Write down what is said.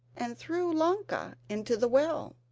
and threw ilonka into the well.